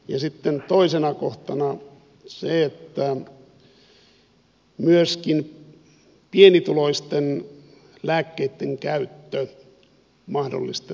ja sitten toisena kohtana on se että myöskin pienituloisten lääkkeittenkäyttö mahdollistettaisiin